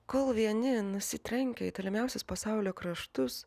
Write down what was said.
kol vieni nusitrenkę į tolimiausius pasaulio kraštus